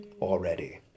already